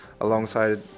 alongside